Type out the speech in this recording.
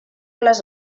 les